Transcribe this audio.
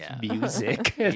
music